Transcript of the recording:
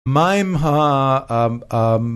מהם ה...